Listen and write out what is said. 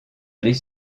aller